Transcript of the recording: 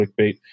clickbait